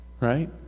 Right